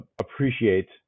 appreciate